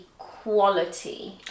equality